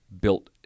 built